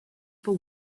for